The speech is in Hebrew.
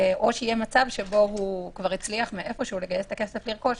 או יהיה מצב שהצליח לגייס מאיפשהו את הכסף לרכוש,